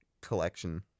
collection